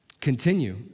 continue